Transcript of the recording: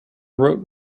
road